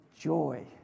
joy